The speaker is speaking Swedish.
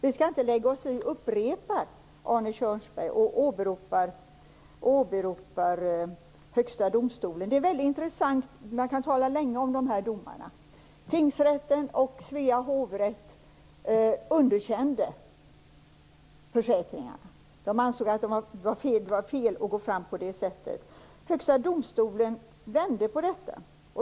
Vi skall inte lägga oss i, upprepar Arne Kjörnsberg och åberopar Högsta domstolen. Det är intressant. Man kan tala länge om de här domarna. Tingsrätten och Svea hovrätt underkände försäkringarna. De ansåg att det var fel att gå fram på det sättet. Högsta domstolen vände på detta.